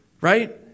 Right